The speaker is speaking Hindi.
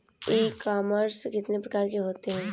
ई कॉमर्स कितने प्रकार के होते हैं?